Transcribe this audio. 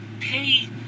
pay